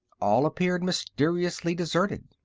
all appeared mysteriously deserted.